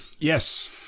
Yes